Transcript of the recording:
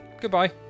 Goodbye